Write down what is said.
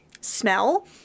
smell